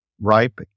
ripe